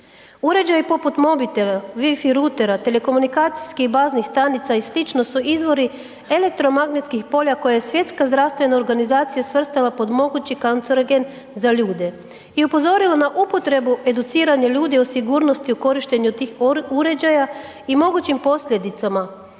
Uređaji poput mobitela, wi fi routera, telekomunikacijskih baznih stanica i slično su izvori elektromagnetskih polja koja je Svjetska zdravstvena organizacija svrstala pod mogući kancerogen za ljude i upozorila na upotrebu educiranja ljudi o sigurnosti o korištenju od tih uređaja i mogućim posljedicama